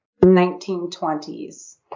1920s